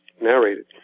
narrated